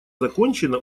закончена